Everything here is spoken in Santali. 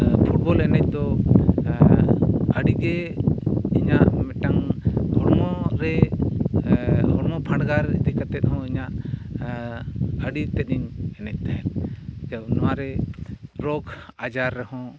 ᱯᱷᱩᱴᱵᱚᱞ ᱮᱱᱮᱡ ᱫᱚ ᱟᱹᱰᱤᱜᱮ ᱤᱧᱟᱹᱜ ᱢᱤᱫᱴᱟᱝ ᱦᱚᱲᱢᱚᱨᱮ ᱦᱚᱲᱢᱚ ᱯᱷᱟᱰᱜᱟᱨ ᱤᱫᱤᱠᱟᱛᱮᱫ ᱦᱚᱸ ᱤᱧᱟᱹᱜ ᱟᱹᱰᱤᱛᱮᱫ ᱤᱧ ᱮᱱᱮᱡ ᱛᱟᱦᱮᱫ ᱱᱚᱣᱟᱨᱮ ᱨᱳᱜᱽ ᱟᱡᱟᱨ ᱦᱚᱸ